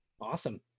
Awesome